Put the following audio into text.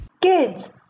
Kids